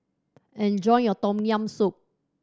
enjoy your Tom Yam Soup